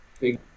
big